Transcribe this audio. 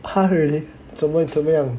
!huh! really 怎么怎么样